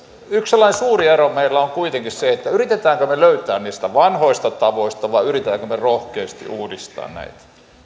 yksi sellainen suuri ero meillä on kuitenkin se yritämmekö me löytää niistä vanhoista tavoista vai yritämmekö me rohkeasti uudistaa